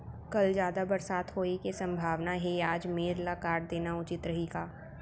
कल जादा बरसात होये के सम्भावना हे, आज मेड़ ल काट देना उचित रही का?